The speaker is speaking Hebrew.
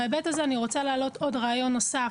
בהיבט הזה, אני רוצה להעלות רעיון נוסף.